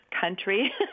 country